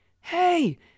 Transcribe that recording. Hey